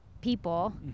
people